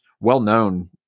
well-known